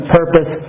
purpose